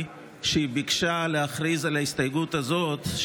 שהיא ביקשה להכריז על ההסתייגות הזאת,